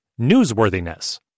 newsworthiness